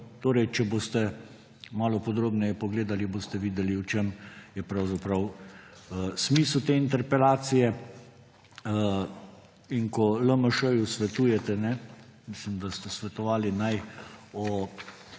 Če boste malo podrobneje pogledali, boste videli, v čem je pravzaprav smisel te interpelacije. Ko LMŠ svetujete, mislim, da ste svetovali, naj o